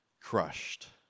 crushed